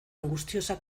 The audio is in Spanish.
angustiosa